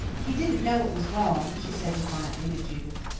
he didn't know it was wrong, she said defiantly to judith.